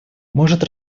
может